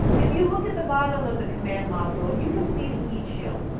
if you look at the bottom of the command module, you can see the heat shield.